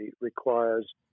requires